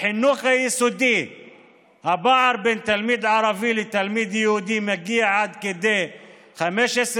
בחינוך היסודי הפער בין תלמיד ערבי לתלמיד יהודי מגיע עד כדי 15%,